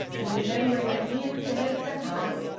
and, remembering that he was the head of the house,